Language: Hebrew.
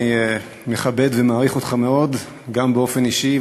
אני מכבד ומעריך אותך מאוד גם באופן אישי,